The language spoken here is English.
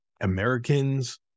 Americans